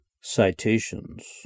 Citations